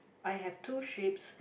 I have two sheeps